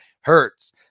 Hertz